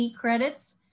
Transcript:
credits